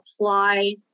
apply